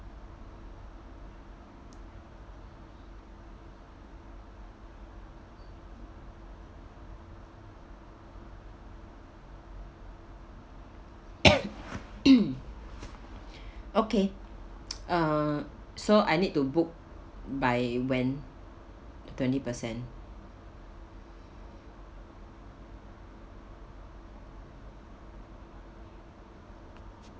okay uh so I need to book by when the twenty percent